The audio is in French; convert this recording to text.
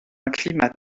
climat